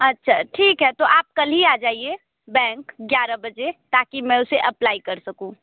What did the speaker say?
अच्छा ठीक है तो आप कल ही आजाइए बैंक ग्यारह बजे ताकि मैं उसे अप्लाई कर सकूँ